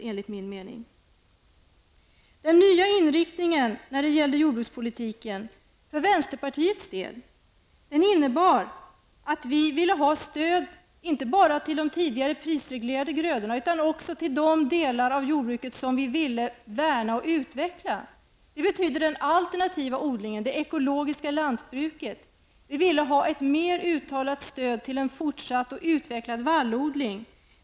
För vänsterpartiets del innebar den nya inriktningen av jordbrukspolitiken att vi ville ha stöd inte bara till de tidigare prisreglerade grödorna, utan även till de delar av jordbruket som vi ville värna och utveckla. Det betyder den alternativa odlingen och det ekologiska lantbruket. Vi ville ha ett mer uttalat stöd till en fortsatt -- och utvecklad -- vallodling.